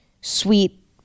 sweet